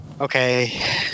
Okay